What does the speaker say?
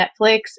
Netflix